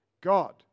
God